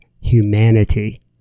humanity